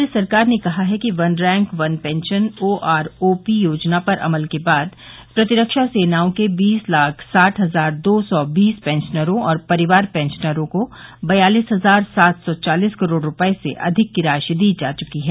केन्द्र सरकार ने कहा है कि one rank one pension O R O P योजना पर अमल के बाद प्रतिरक्षा सेनाओं के बीस लाख साठ हजार दो सौ बीस पेंशनरों और परिवार पेंशनरों को बयालिस हजार सात सौ चालिस करोड़ रूपए से अधिक की राशि दी जा चुकी है